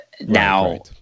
Now